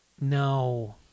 No